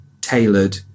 tailored